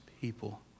people